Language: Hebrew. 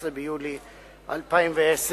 11 ביולי 2010,